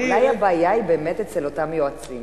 אולי הבעיה היא באמת אצל אותם יועצים,